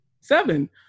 Seven